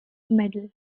medal